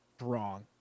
wrong